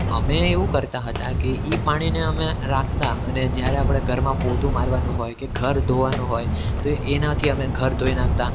અમે એવું કરતા હતા કે એ પાણીને અમે રાખતા અને જ્યારે આપણે ઘરમાં પોતું મારવાનું હોય કે ઘર ધોવાનું હોય તો એ એનાથી અમે ઘર ધોઈ નાખતા